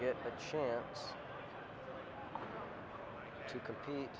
gets a chance to compete